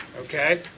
Okay